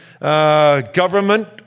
Government